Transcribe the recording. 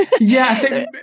Yes